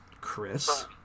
Chris